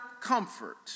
comfort